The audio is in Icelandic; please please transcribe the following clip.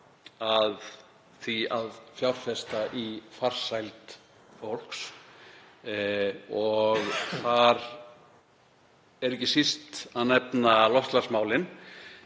að því að fjárfesta í farsæld fólks og þar er ekki síst að nefna loftslagsmálin.